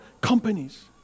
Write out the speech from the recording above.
companies